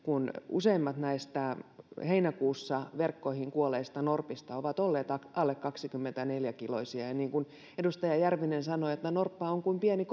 useimmat näistä heinäkuussa verkkoihin kuolleista norpista ovat olleet alle kaksikymmentäneljä kiloisia niin kuin edustaja järvinen sanoi norppa on kuin pieni